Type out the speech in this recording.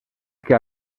que